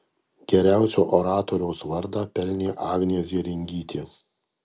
geriausio oratoriaus vardą pelnė agnė zėringytė